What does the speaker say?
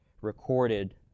recorded